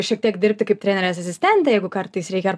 šiek tiek dirbti kaip trenerės asistentė jeigu kartais reikia ar